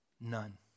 None